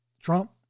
Trump